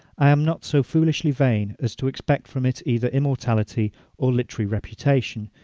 i am not so foolishly vain as to expect from it either immortality or literary reputation.